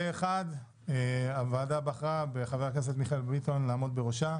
פה אחד הוועדה בחרה בחבר הכנסת מיכאל מרדכי ביטון לעמוד בראשה